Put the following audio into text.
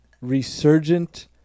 resurgent